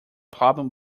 problem